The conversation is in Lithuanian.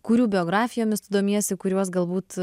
kurių biografijomis tu domiesi kuriuos galbūt